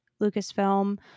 Lucasfilm